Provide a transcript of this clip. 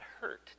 hurt